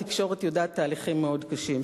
התקשורת יודעת תהליכים מאוד קשים,